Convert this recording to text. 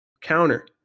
Counter